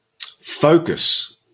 Focus